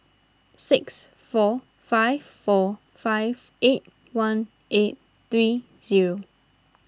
six four five four five eight one eight three zero